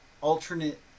alternate